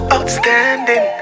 Outstanding